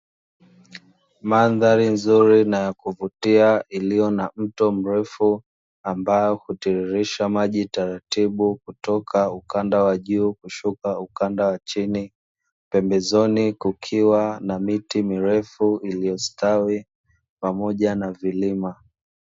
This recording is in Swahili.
Mandhari nzuri na ya kuvutia iliyo na mto mrefu ambao hutiririsha maji taratibu kutoka ukanda wa juu, kushuka ukanda wa chini. Pembezoni kukiwa na miti mirefu iliyostawi pamoja na vilima.